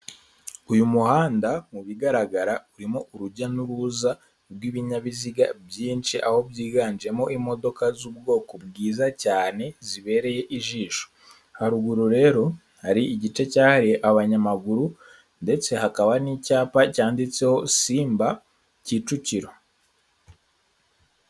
Uyu muhanda mu bigaragara urimo urujya n'uruza rw'ibinyabiziga byinshi aho byiganjemo imodoka z'ubwoko bwiza cyane zibereye ijisho, haruguru rero hari igice cyahariye abanyamaguru ndetse hakaba n'icyapa cyanditseho simba Kicukiro.